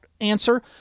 answer